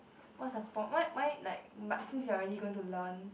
what's the pro~ why why like but since you are already going to learn